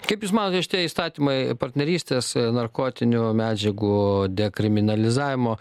kaip jūs manote šitie įstatymai partnerystės narkotinių medžiagų dekriminalizavimo